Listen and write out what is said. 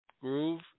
Groove